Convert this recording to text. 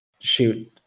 shoot